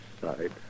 side